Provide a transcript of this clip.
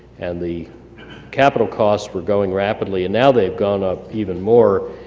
and the capital costs were going rapidly, and now they've gone up even more,